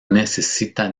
necesita